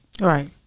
right